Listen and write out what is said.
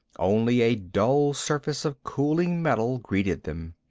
only a dull surface of cooling metal greeted them.